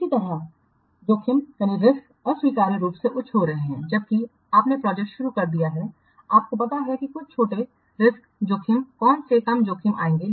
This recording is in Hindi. इसी तरह जोखिम अस्वीकार्य रूप से उच्च हो रहे हैं जबकि आपने प्रोजेक्ट शुरू कर दिया है आपको पता है कि कुछ छोटे जोखिम कौन से कम जोखिम आएंगे